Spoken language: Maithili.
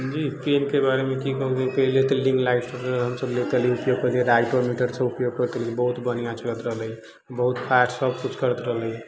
जी पेनके बारेमे की कहबै पहिले तऽ लिङ्क लाबिकऽ हमसब बहुत बढ़िआँ चलैत रहलै बहुत फास्ट सबकिछु करैत रहलै